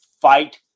fight